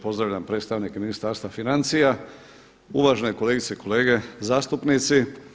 Pozdravljam predstavnike Ministarstva financija, uvažene kolegice i kolege zastupnici.